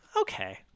okay